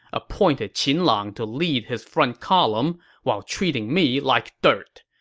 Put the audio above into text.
appointed qin lang to lead his front column while treating me like dirt.